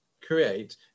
create